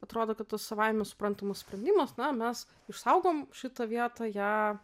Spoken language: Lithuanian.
atrodo kad tas savaime suprantamas sprendimas na mes išsaugom šitą vietą ją